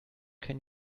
can